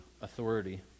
authority